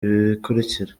bikurikira